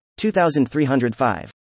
2305